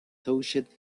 touched